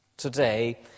Today